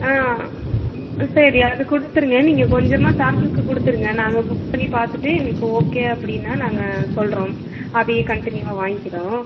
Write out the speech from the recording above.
ஆ சரி அது கொடுத்துருங்க நீங்கள் கொஞ்சமாக சாம்பிள்க்கு கொடுத்துருங்க நாங்கள் குக் பண்ணி பார்த்துட்டு எங்களுக்கு ஓகே அப்படினா நாங்கள் சொல்கிறோம் அதையே கண்டினியூவாக வாங்கிறோம்